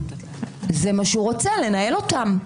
זה מה שהוא רוצה, לנהל אותם.